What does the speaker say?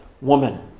woman